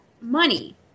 money